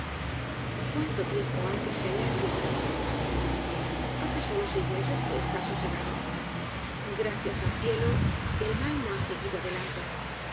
cuánto tiempo ha que se halla asi hace solos seis meses que está sosegado gracias al cielo el mal no ha seguido adelante